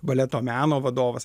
baleto meno vadovas